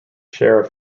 share